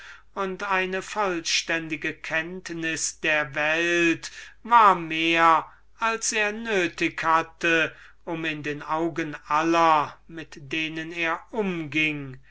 und eine vollständige kenntnis der welt war mehr als er nötig hatte um in den augen aller derjenigen mit denen er umging